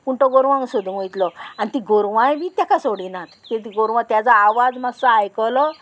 पूण तो गोरवांक सोदूंक वयतलो आनी ती गोरवांय बी ताका सोडिनात की ती गोरवां तेजो आवाज मातसो आयकलो